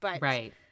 Right